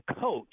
coach